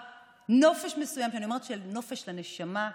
כפר נופש מסוים, נופש לנשמה ולגוף,